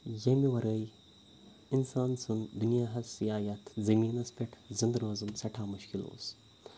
ییٚمہِ وَرٲے اِنسان سُنٛد دُنیاہَس یا یَتھ زٔمیٖنَس پٮ۪ٹھ زِندٕ روزُن سٮ۪ٹھاہ مُشکل اوس